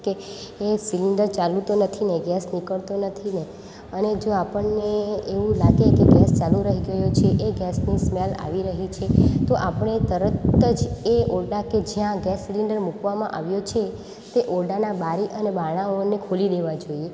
કે એ સિલિન્ડર ચાલુ તો નથી ને ગેસ નિકળતો નથીને અને જો આપણને એવું લાગે કે ગેસ ચાલુ રહી ગયો છે કે એ ગેસની સ્મેલ આવી રહી છે તો આપણે તરત જ એ ઓરડા કે જયા આ ગેસ સિલિન્ડર મૂકવામાં આવ્યો છે તે ઓરડામાં બારી અને બારણાઓને ખોલી દેવાં જોઈએ